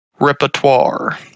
repertoire